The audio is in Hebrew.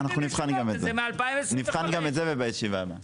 אנחנו נבחן גם את זה בישיבה הבאה.